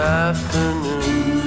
afternoon